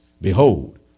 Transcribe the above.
Behold